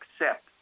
accept